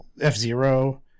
F-Zero